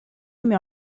met